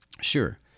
Sure